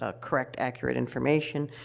ah correct, accurate information.